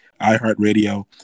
iHeartRadio